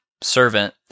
servant